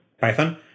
Python